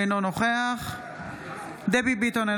אינו נוכח דבי ביטון,